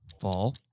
Fall